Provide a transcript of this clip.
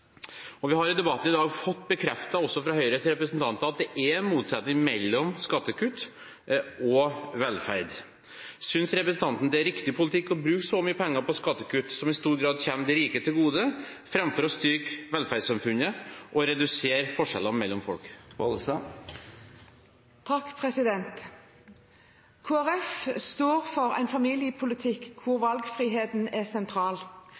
menn. Vi har i debatten i dag fått bekreftet også fra Høyres representanter at det er en motsetning mellom skattekutt og velferd. Synes representanten det er riktig politikk å bruke så mye penger på skattekutt, som i stor grad kommer de rike til gode, framfor å styrke velferdssamfunnet og redusere forskjellene mellom folk? Kristelig Folkeparti står for en familiepolitikk hvor valgfriheten er sentral,